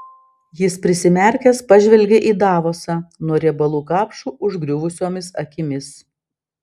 jis prisimerkęs pažvelgė į davosą nuo riebalų kapšų užgriuvusiomis akimis